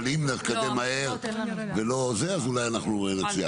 אבל אם נתקדם מהר ולא זה אז אולי אנחנו נצליח,